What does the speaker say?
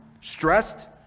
stressed